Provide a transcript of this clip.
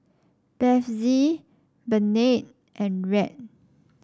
Bethzy Bernadette and Rhett